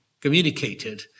communicated